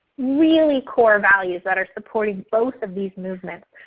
really core values that are supporting both of these movements.